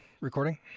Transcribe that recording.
recording